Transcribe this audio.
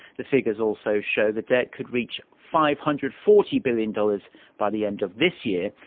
the figures also show the debt could reach five-hundred-forty billion dollars by the end of this year.